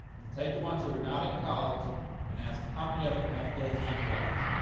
we'll take the ones who are not in college and ask how many of them have full-time jobs.